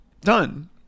Done